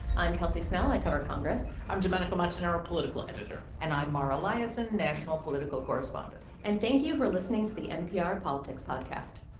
i'm kelsey snell. i cover congress i'm domenico montanaro, political editor and i'm mara liasson, national political correspondent and thank you for listening to the npr politics podcast